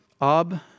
Ab